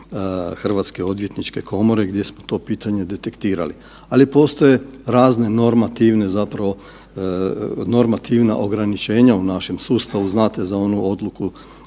Hrvatske odvjetničke komore gdje smo to pitanje detektirali, ali postoje razne normativne zapravo, normativna ograničenja u našem sustavu, znate za onu odluku